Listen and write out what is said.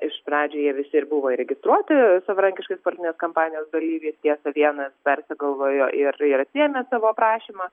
iš pradžių jie visi ir buvo įregistruoti savarankiškais politinės kampanijos dalyviais tiesa vienas persigalvojo ir ir atsiėmė savo prašymą